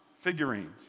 figurines